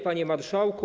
Panie Marszałku!